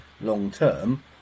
long-term